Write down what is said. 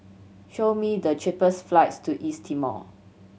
show me the cheapest flights to East Timor